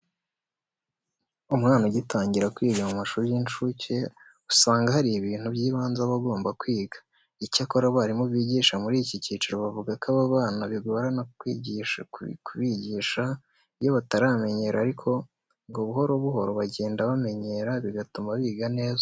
Umwana ugitangira kwiga mu mashuri y'incuke, usanga hari ibintu by'ibanze aba agomba kwiga. Icyakora abarimu bigisha muri iki cyiciro bavuga ko aba bana bigorana kubigisha iyo bataramenyera ariko ngo buhoro buhoro bagenda bamenyera bigatuma biga neza.